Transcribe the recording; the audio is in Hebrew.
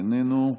איננו,